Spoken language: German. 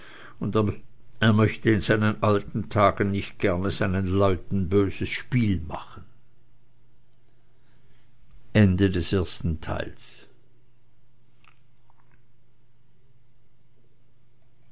und er möchte in seinen alten tagen nicht gerne seinen leuten böses spiel machen